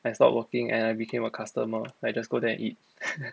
I stopped working and I became a customer like just go there and eat